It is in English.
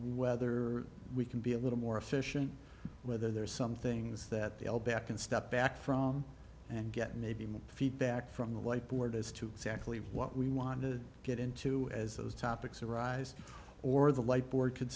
whether we can be a little more efficient whether there's some things that they'll back and step back from and get maybe more feedback from the whiteboard as to exactly what we want to get into as those topics arise or the white board could